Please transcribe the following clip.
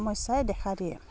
সমস্যাই দেখা দিয়ে